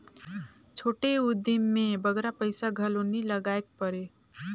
छोटे उदिम में बगरा पइसा घलो नी लगाएक परे